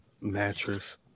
Mattress